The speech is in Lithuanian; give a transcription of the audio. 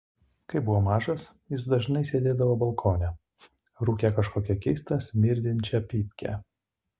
kai buvau mažas jis dažnai sėdėdavo balkone rūkė kažkokią keistą smirdinčią pypkę